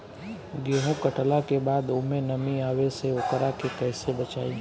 गेंहू कटला के बाद ओमे नमी आवे से ओकरा के कैसे बचाई?